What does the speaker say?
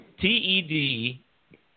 T-E-D